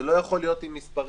זה לא יכול להיות עם מספרים.